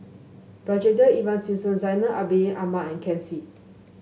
Brigadier Ivan Simson Zainal Abidin Ahmad and Ken Seet